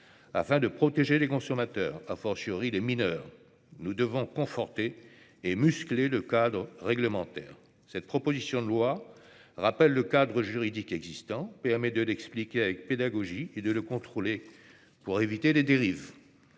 afin de protéger les consommateurs, les mineurs. Nous devons conforter et « muscler » le cadre réglementaire. La proposition de loi rappelle le cadre juridique existant. Elle permet de l'expliquer avec pédagogie et de le contrôler pour éviter les dérives.